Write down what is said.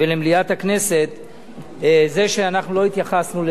זה שאנחנו לא התייחסנו לדבריו של חבר הכנסת דוד רותם,